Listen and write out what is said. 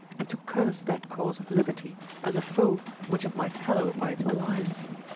and to curse that cause of liberty as a foe which it might hallow by its alliance.